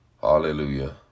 Hallelujah